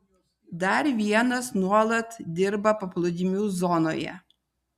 dar vienas nuolat dirba paplūdimių zonoje